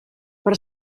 per